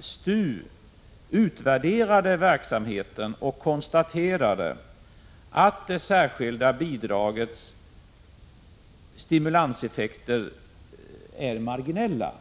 STU utvärderade verksamheten och konstaterade att det särskilda bidragets stimulanseffekter är marginella.